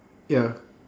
ya